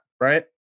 right